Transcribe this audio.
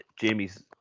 Jamie's